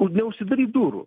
neužsidaryt durų